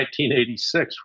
1986